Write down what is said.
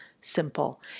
simple